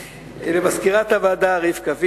למזכירת הוועדה רבקה וידר,